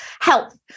health